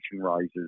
rises